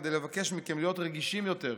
כדי לבקש מכם להיות רגישים יותר,